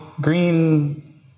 green